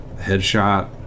Headshot